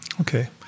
Okay